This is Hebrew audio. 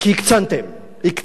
כי הקצנתם, הקצנתם,